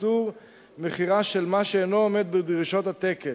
איסור מכירה של מה שאינו עומד בדרישות התקן.